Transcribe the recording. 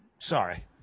sorry